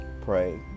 pray